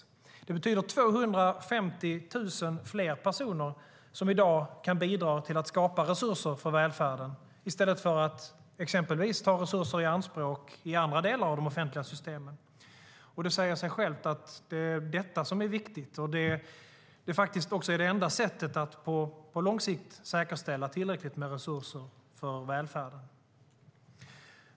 Det betyder 250 000 fler personer som i dag kan bidra till att skapa resurser för välfärden i stället för att exempelvis ta resurser i anspråk i andra delar av de offentliga systemen. Det säger sig självt att det är detta som är viktigt. Det är faktiskt det enda sättet att på lång sikt säkerställa tillräckligt med resurser för välfärden.